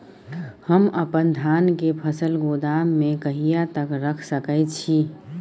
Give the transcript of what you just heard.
हम अपन धान के फसल गोदाम में कहिया तक रख सकैय छी?